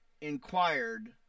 inquired